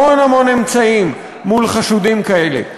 המון המון אמצעים מול חשודים כאלה.